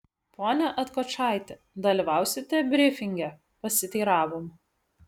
pone atkočaiti dalyvausite brifinge pasiteiravom